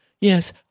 Yes